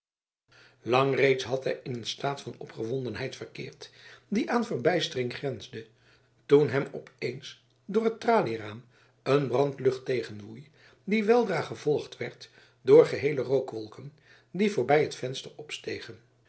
lang reeds had hij in een staat van opgewondenheid verkeerd die aan verbijstering grensde toen hem opeens door het tralieraam een brandlucht tegenwoei die weldra gevolgd werd door geheele rookwolken die voorbij het venster opstegen